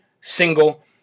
single